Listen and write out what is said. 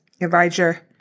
Elijah